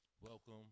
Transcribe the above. welcome